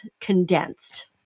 condensed